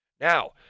Now